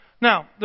Now